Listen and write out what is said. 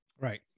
Right